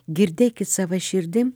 girdėkit sava širdim